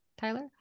Tyler